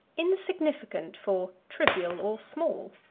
insignificant for trivial, or small.